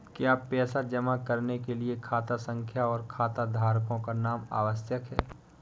क्या पैसा जमा करने के लिए खाता संख्या और खाताधारकों का नाम आवश्यक है?